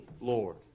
Lord